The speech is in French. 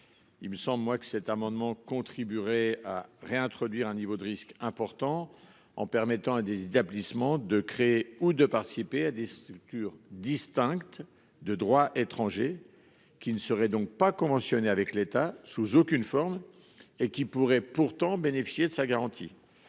Il me semble moi que cet amendement contribuerait à réintroduire un niveau de risque important en permettant à des établissements de créer ou de participer à des structures distinctes de droit étranger qui ne serait donc pas conventionnés avec l'État, sous aucune forme. Et qui pourraient pourtant bénéficier de sa garantie.